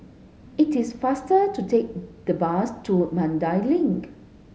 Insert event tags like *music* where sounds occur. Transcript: it is faster to take *unintelligible* the bus to Mandai Link